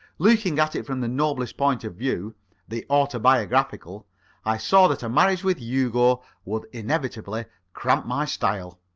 looking at it from the noblest point of view the autobiographical i saw that a marriage with hugo would inevitably cramp my style.